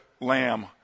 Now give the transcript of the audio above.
lamb